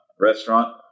restaurant